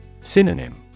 Synonym